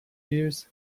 years